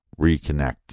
reconnect